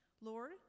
Lord